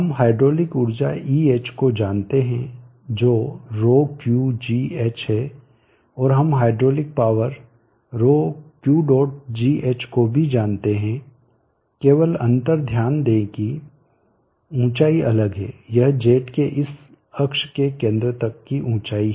हम हाइड्रोलिक ऊर्जा Eh को जानते हैं जो ρQgh है और हम hydraulic power ρ Q dot gH को भी जानते हैं केवल अंतर ध्यान दें कि ऊंचाई अलग है यह जेट के इस अक्ष के केंद्र तक की ऊंचाई है